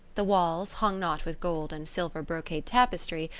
the walls, hung not with gold and silver brocade tapestry,